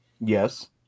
Yes